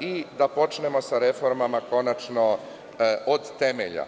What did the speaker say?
i da počnemo konačno sa reformama od temelja.